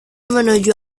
menuju